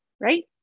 right